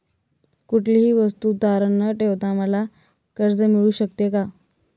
कुठलीही वस्तू तारण न ठेवता मला कर्ज मिळू शकते का?